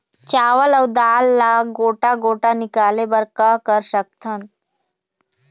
चावल अऊ दाल ला गोटा गोटा निकाले बर का कर सकथन?